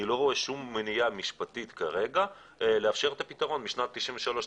אני לא רואה שום מניעה משפטית כרגע לאפשר את הפתרון משנת 93'-94',